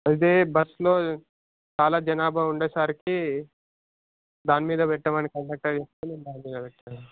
అదే బస్లో చాలా జనాభా ఉండేసరికి దానిమీద పెట్టమని సహకరిస్తే నేను దానిమీద పెట్టా